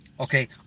Okay